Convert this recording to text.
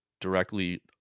directly